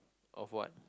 of what